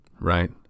right